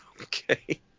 Okay